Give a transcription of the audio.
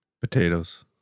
Potatoes